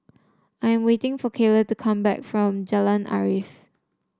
I'm waiting for Kaylah to come back from Jalan Arif